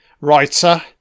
writer